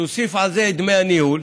תוסיף על זה את דמי הניהול.